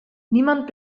niemand